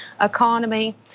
economy